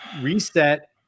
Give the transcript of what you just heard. reset